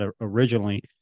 originally